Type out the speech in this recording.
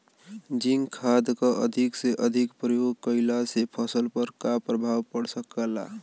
Zinc खाद क अधिक से अधिक प्रयोग कइला से फसल पर का प्रभाव पड़ सकेला?